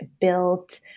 built